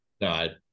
No